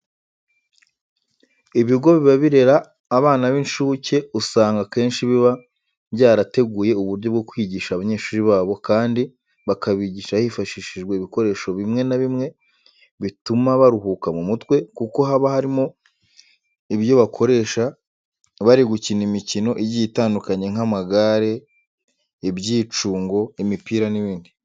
Ibigo biba birera abana b'incuke usanga akenshi biba byarateguye uburyo bwo kwigisha abanyeshuri babo kandi bakabigisha hifashishijwe ibikoresho bimwe na bimwe bituma baruhuka mu mutwe kuko haba harimo ibyo bakoresha bari gukina imikino igiye itandukanye nk'amagare, ibyicungo, imipira n'ibindi.